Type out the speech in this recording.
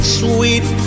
sweet